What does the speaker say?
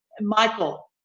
Michael